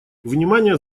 внимания